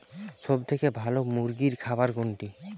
সবথেকে ভালো মুরগির খাবার কোনটি?